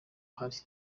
hari